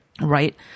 Right